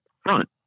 front